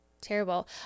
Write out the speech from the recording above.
terrible